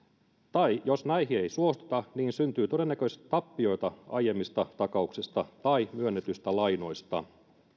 tai jos näihin ei suostuta syntyy todennäköisesti tappioita aiemmista takauksista tai myönnetyistä lainoista